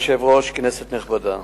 אדוני היושב-ראש, כנסת נכבדה,